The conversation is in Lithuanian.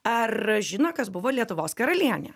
ar žino kas buvo lietuvos karalienė